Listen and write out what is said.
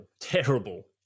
Terrible